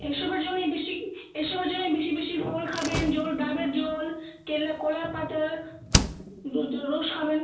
এই সবের জন্যেই বেশি এই সবের জন্যেই বেশি বেশি ফল খাবেন জল ডাবের জল কেলা কলাপাতার রস খাবেন